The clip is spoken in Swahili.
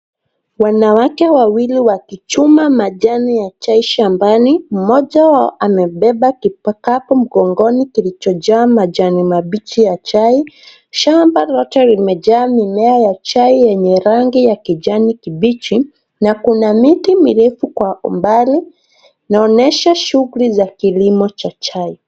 Wanawake wawili wakichuna majani ya chai shambani. Mmoja wao amebeba kikapu mgongoni kilichojaa majani mabichi ya chai. Shamba lote limejaa mimea ya chai yenye rangi ya kijani kibichi na kuna miti mirefu kwa umbali inaonyesha shughuli za kilimo cha chai.